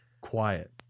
quiet